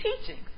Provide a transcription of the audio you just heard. teachings